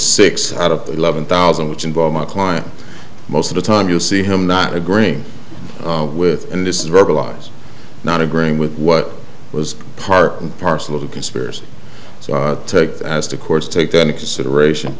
six out of eleven thousand which involve my client most of the time you see him not agreeing with and this is verbalise not agreeing with what was part and parcel of the conspiracy so as to course take that into consideration